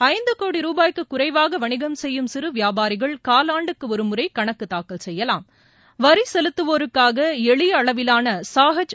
ஐந்து கோடி ருபாய்க்கு குறைவாக வணிகம் செய்யும் சிறு வியாபாரிகள் காலாண்டுக்கு ஒருமுறை கணக்கு தாக்கல் செய்யலாம் வரி செலுத்துவோருக்காக எளிய அளவிலான ஷாஜ்